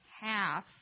half